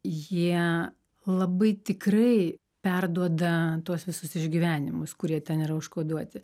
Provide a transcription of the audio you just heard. jie labai tikrai perduoda tuos visus išgyvenimus kurie ten yra užkoduoti